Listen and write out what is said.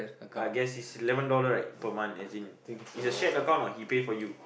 I guess it's eleven dollar right per month as in it's a shared account what he pay for you